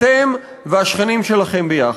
אתם והשכנים שלכם ביחד.